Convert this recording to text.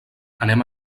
anem